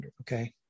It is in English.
okay